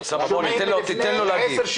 אוסאמה, תן לו להגיב.